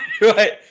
right